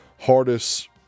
hardest